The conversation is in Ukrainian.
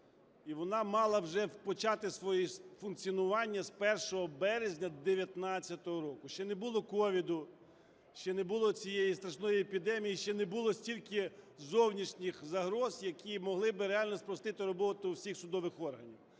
вона мала вже почати своє функціонування з 1 березня 19-го року. Ще не було COVID, ще не було цієї страшної епідемії, ще не було стільки зовнішніх загроз, які могли би реально спростити роботу всіх судових органів,